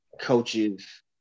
coaches